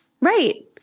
Right